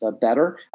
better